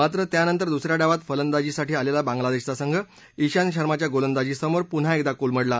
मात्र त्यानंतर दुसऱ्या डावात फलंदाजीसाठी आलेला बांग्लादेशाचा संघ ज्वांत शर्माच्या गोलंदाजीसमोर पुन्हा एकदा कोलमडला